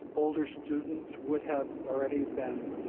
older students would have already been